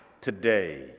today